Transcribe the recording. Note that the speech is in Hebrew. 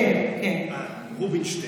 רובינשטיין,